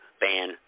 ban